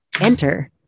Enter